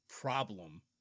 problem